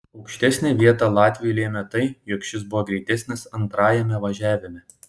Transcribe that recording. aukštesnę vietą latviui lėmė tai jog šis buvo greitesnis antrajame važiavime